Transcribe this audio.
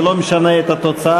זה לא משנה את התוצאה.